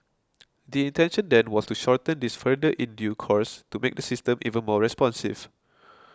the intention then was to shorten this further in due course to make the system even more responsive